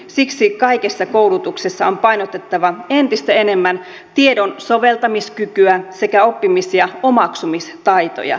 siksi kaikessa koulutuksessa on painotettava entistä enemmän tiedon soveltamiskykyä sekä oppimis ja omaksumistaitoja